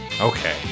okay